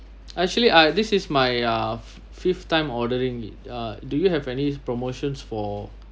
actually I this is my uh fifth time ordering it uh do you have any promotions for